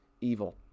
evil